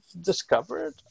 discovered